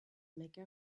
mecca